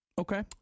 Okay